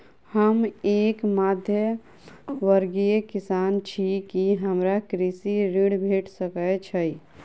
हम एक मध्यमवर्गीय किसान छी, की हमरा कृषि ऋण भेट सकय छई?